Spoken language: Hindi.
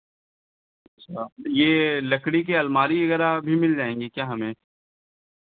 अच्छा यह लकड़ी की अलमारी वगैरह भी मिल जाएँगी क्या हमें